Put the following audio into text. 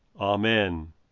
Amen